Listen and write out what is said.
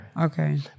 Okay